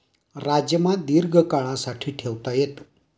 राजमा दीर्घकाळासाठी ठेवता येतो